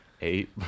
Eight